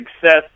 success